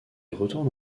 retourne